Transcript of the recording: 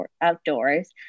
outdoors